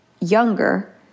younger